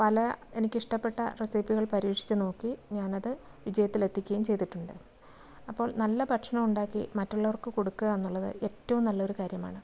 പല എനിക്കിഷ്ടപ്പെട്ട റെസിപ്പികൾ പരീക്ഷിച്ചു നോക്കി ഞാനത് വിജയത്തിലെത്തിക്കുകയും ചെയ്തിട്ടുണ്ട് അപ്പോൾ നല്ല ഭക്ഷണം ഉണ്ടാക്കി മറ്റുള്ളവർക്ക് കൊടുക്കുക എന്നുള്ളത് ഏറ്റവും നല്ലൊരു കാര്യമാണ്